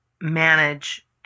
manage